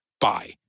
bye